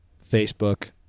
Facebook